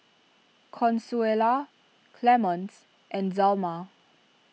Consuela Clemence and Zelma